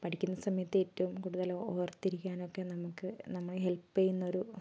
പഠിക്കുന്ന സമയത്ത് ഏറ്റവും കൂടുതൽ ഓർത്തിരിക്കാനൊക്കെ നമുക്ക് നമ്മളെ ഹെൽപ്പ് ചെയ്യുന്നൊരു